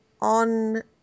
on